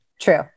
True